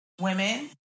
women